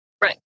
Right